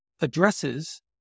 addresses